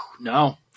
No